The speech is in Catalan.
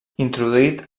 introduït